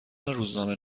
روزنامه